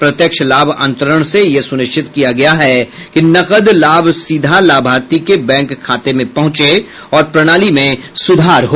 प्रत्यक्ष लाभ अंतरण से यह सुनिश्चित किया गया है कि नकद लाभ सीधा लाभार्थी के बैंक खाते में पहुंचे और प्रणाली में सुधार हो